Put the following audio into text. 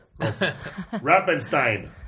Rappenstein